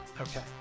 Okay